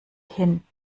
hin